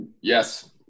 Yes